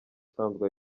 usanzwe